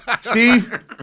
Steve